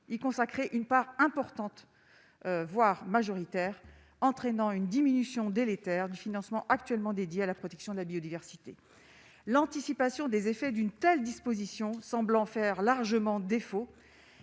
y consacrer une part importante voire majoritaire entraînant une diminution délétère du financement actuellement, dédiés à la protection de la biodiversité, l'anticipation des effets d'une telle disposition, semblant faire largement défaut